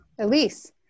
Elise